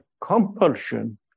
compulsion